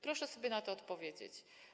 Proszę sobie na to odpowiedzieć.